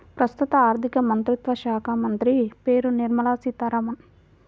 ప్రస్తుత ఆర్థికమంత్రిత్వ శాఖామంత్రి పేరు నిర్మల సీతారామన్